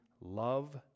love